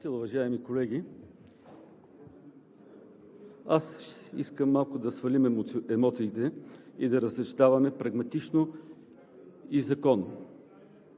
уважаеми колеги! Искам малко да свалим емоциите и да разсъждаваме прагматично и законно.